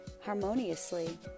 harmoniously